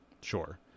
sure